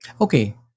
Okay